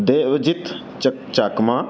देवजित् चक् चाक्मा